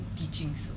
teachings